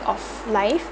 of life